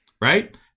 right